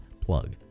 Plug